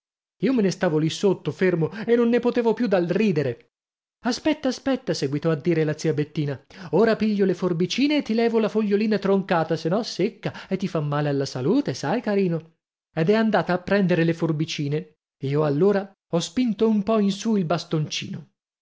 io me ne stavo lì sotto fermo e non ne potevo più dal ridere aspetta aspetta seguitò a dire la zia bettina ora piglio le forbicine e ti levo la fogliolina troncata se no secca e ti fa male alla salute sai carino ed è andata a prendere le forbicine io allora ho spinto un po in su il bastoncino